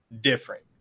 different